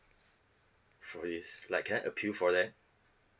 for this like can I appeal for that